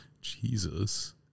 Jesus